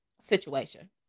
situation